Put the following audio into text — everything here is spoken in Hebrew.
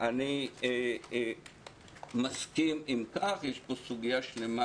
אני מסכים עם הקו, יש פה סוגיה שלמה